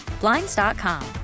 Blinds.com